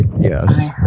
Yes